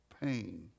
pain